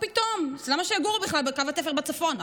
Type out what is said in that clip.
מה פתאום, למה שיגורו בכלל בקו התפר בצפון?